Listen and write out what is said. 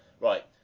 Right